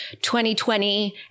2020